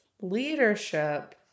leadership